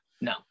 No